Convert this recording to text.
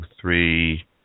three